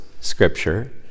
scripture